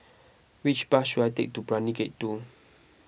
which bus should I take to Brani Gate two